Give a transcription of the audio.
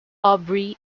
aubrey